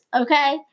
okay